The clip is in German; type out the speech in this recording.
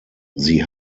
sie